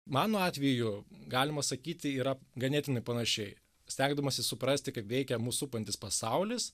mano atveju galima sakyti yra ganėtinai panašiai stengdamasis suprasti kaip veikia mus supantis pasaulis